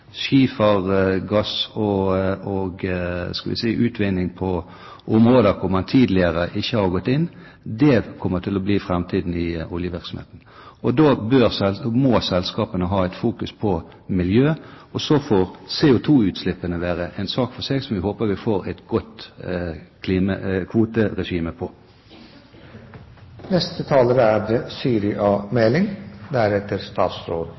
og utvinning på områder hvor man tidligere ikke har gått inn. Det kommer til å bli framtiden i oljevirksomhet. Da må selskapene ha fokus på miljø. Så får CO2-utslippene være en sak for seg, som jeg håper vi får et godt kvoteregime på. Når jeg velger å ta ordet, er